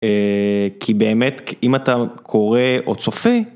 כי באמת, אם אתה קורא או צופה.